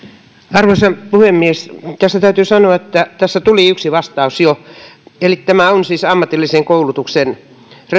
arvoisa puhemies täytyy sanoa että tässä tuli yksi vastaus jo eli tämä on siis ammatillisen koulutuksen